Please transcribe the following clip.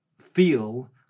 feel